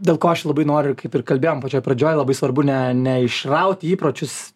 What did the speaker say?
dėl ko aš labai noriu kaip ir kalbėjom pačioj pradžioj labai svarbu ne ne išraut įpročius